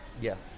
Yes